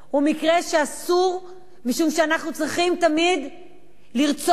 הוא מקרה שאסור משום שאנחנו צריכים תמיד לרצות